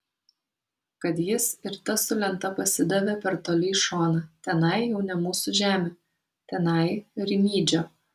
kad jis ir tas su lenta pasidavė per toli į šoną tenai jau ne mūsų žemė tenai rimydžio